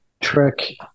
trick